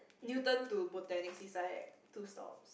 Newton to Botanics is like two stops